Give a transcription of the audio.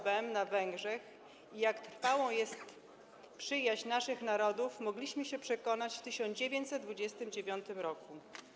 Bem na Węgrzech i jak trwała jest przyjaźń naszych narodów, mogliśmy się przekonać w 1929 r.